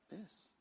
Yes